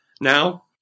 Now